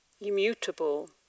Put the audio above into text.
immutable